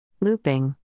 Looping